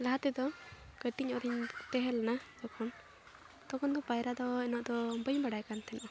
ᱞᱟᱦᱟ ᱛᱮᱫᱚ ᱠᱟᱹᱴᱤᱡᱧᱚᱜ ᱨᱮᱧ ᱛᱟᱦᱮᱸ ᱞᱮᱱᱟ ᱡᱚᱠᱷᱚᱱ ᱛᱚᱠᱷᱚᱱ ᱫᱚ ᱯᱟᱭᱨᱟ ᱫᱚ ᱩᱱᱟᱹᱜ ᱫᱚ ᱵᱟᱹᱧ ᱵᱟᱲᱟᱭ ᱠᱟᱱ ᱛᱟᱦᱮᱱᱟ